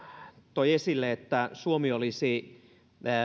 toi esille että suomi olisi